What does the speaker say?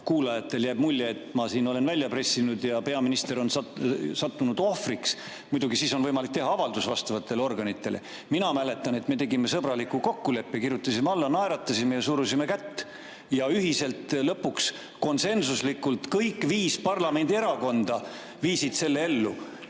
kuulajatele jääb mulje, et ma olen siin välja pressinud ja peaminister on sattunud ohvriks. Muidugi siis on võimalik teha avaldus vastavatele organitele. Mina mäletan, et me tegime sõbraliku kokkuleppe, kirjutasime sellele alla, naeratasime ja surusime kätt, ning lõpuks ühiselt, konsensuslikult kõik viis parlamendierakonda viisid selle ellu.